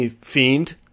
fiend